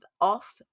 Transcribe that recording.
off